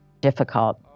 difficult